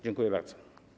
Dziękuję bardzo.